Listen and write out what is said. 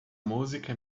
música